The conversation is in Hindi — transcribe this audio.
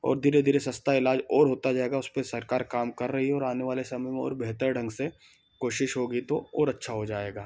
और धीरे धीरे सस्ता इलाज और होता जाएगा उस पर सरकार काम कर रही है और आने वाले समय में और बेहतर ढंग से कोशिश होगी तो और अच्छा हो जाएगा